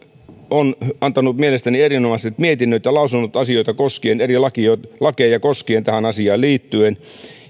on antanut mielestäni erinomaiset mietinnöt ja lausunnot eri lakeja koskien tähän asiaan liittyen